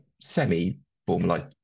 semi-formalized